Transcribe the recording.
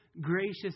gracious